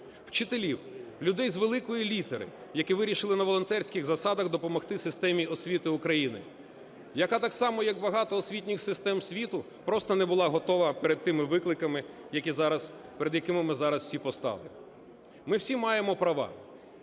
Вчителів – людей з великої літери, які вирішили на волонтерських засадах допомогти системі освіти України, яка так само, як багато освітніх систем світу, просто не була готова перед тими викликами, перед якими ми зараз всі постали. Ми всі маємо права.